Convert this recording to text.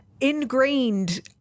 ingrained